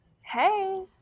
Hey